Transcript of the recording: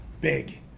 Big